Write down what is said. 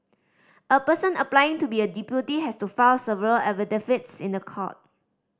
a person applying to be a deputy has to file several affidavits in a court